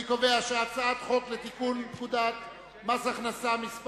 אני קובע שהצעת חוק לתיקון פקודת מס הכנסה (מס'